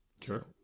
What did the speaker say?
Sure